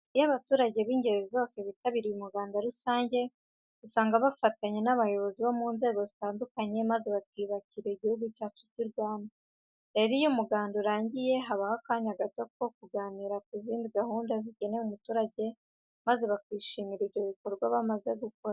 Iyo abaturage b'ingeri zose bitabiriye umuganda rusange, usanga bafatanya n'abayobozi bo mu nzego zitandukanye maze bakiyubakira Igihugu cyacu cy'u Rwanda. Rero iyo umuganda urangiye habaho akanya gato ko kuganira ku zindi gahunda zigenewe umuturage maze bakishimira ibyo bikorwa bamaze gukora.